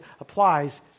applies